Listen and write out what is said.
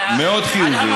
מאוד חיוביים,